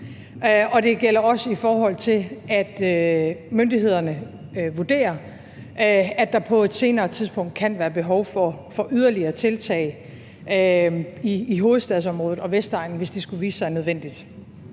og det gælder også i forhold til, at myndighederne vurderer, at der på et senere tidspunkt kan være behov for yderligere tiltag i hovedstadsområdet og på Vestegnen, hvis det skulle vise sig nødvendigt.